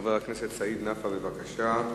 חבר הכנסת סעיד נפאע, בבקשה.